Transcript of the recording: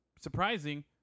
surprising